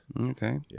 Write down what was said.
okay